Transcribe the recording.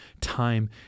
time